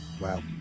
wow